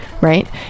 right